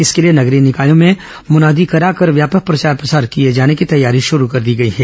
इसके लिए नगरीय निकायों में मुनादी कराकर व्यापक प्रचार प्रसार किए जाने की तैयारी की गई है